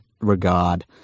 regard